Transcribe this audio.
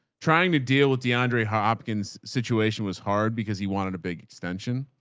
trying to deal with deandre hopkins situation was hard because he wanted a big extension.